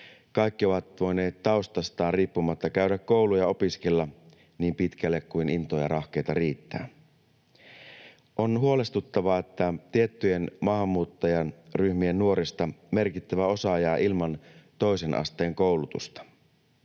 Kaikki ovat voineet taustastaan riippumatta käydä koulua ja opiskella niin pitkälle kuin intoa ja rahkeita riittää. On huolestuttavaa, että tiettyjen maahanmuuttajaryhmien nuorista merkittävä osa jää ilman toisen asteen koulutusta.